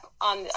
On